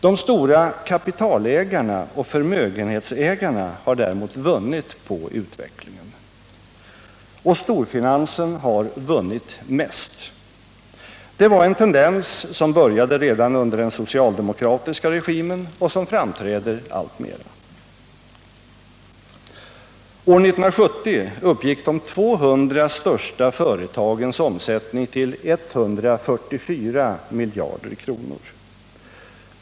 De stora kapitalägarna och förmögenhetsägarna har däremot vunnit på utvecklingen. Och storfinansen har vunnit mest. Det var en tendens som började redan under den socialdemokratiska regimen och som framträder alltmera. År 1970 uppgick de 200 största företagens omsättning till 144 miljarder kronor.